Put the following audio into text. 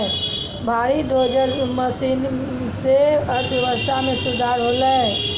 भारी dozer machine सें अर्थव्यवस्था मे सुधार होलय